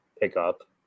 pickup